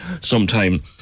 sometime